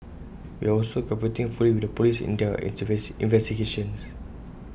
we are also cooperating fully with the Police in their investigations